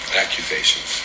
Accusations